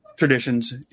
Traditions